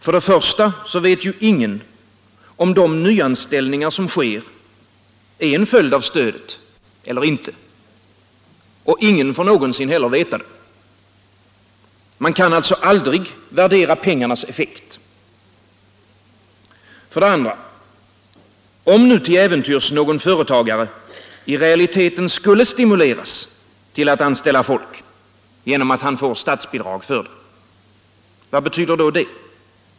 För det första vet ingen om de nyanställningar som sker är en följd av stödet eller inte. Ingen får heller någonsin veta det. Man kan alltså aldrig värdera pengarnas effekt. För det andra: Om nu till äventyrs någon företagare i realiteten skulle stimuleras till att anställa folk genom att han får statsbidrag för det, vad betyder då det?